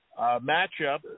matchup